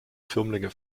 firmlinge